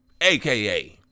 aka